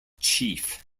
chief